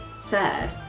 sad